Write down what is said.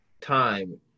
time